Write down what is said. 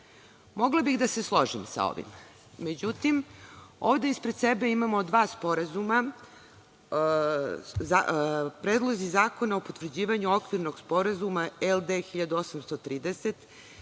Niš. Mogla bih da se složim sa ovim, međutim, ovde ispred sebe imamo dva sporazuma, predlozi zakona o potvrđivanju okvirnog sporazuma LD1830